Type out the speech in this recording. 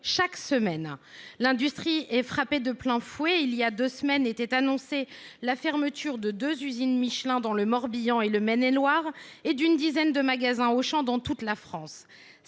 dans les PME. L’industrie est frappée de plein fouet : il y a deux semaines était annoncée la fermeture de deux usines Michelin dans le Morbihan et en Maine et Loire, ainsi que d’une dizaine de magasins Auchan dans toute la France.